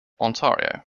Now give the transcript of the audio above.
ontario